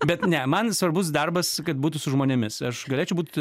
bet ne man svarbus darbas kad būtų su žmonėmis aš galėčiau būt